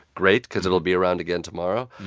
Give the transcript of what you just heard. great, because it'll be around again tomorrow.